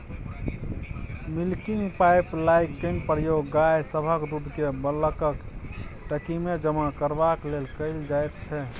milking पाइपलाइनक प्रयोग गाय सभक दूधकेँ बल्कक टंकीमे जमा करबाक लेल कएल जाइत छै